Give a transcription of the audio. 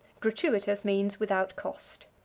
gratuitous means without cost.